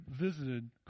visited